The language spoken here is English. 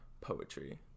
Poetry